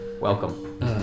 Welcome